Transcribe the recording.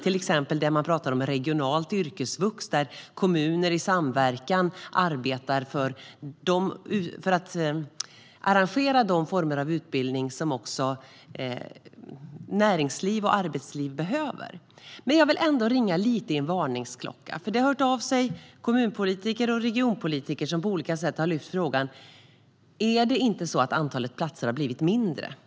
Man pratar till exempel om regionalt yrkesvux, där kommuner i samverkan arbetar för att arrangera de former av utbildning som näringsliv och arbetsliv behöver. Jag vill ändå ringa lite i en varningsklocka. Kommunpolitiker och regionpolitiker har nämligen hört av sig och på olika sätt lyft upp frågan om det ändå inte är så att antalet platser har blivit färre.